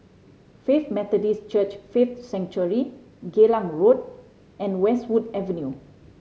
Faith Methodist Church Faith Sanctuary Geylang Road and Westwood Avenue